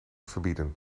verbieden